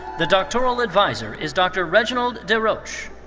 the doctoral adviser is dr. reginald desroches.